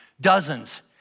dozens